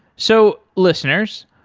so, listeners,